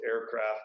aircraft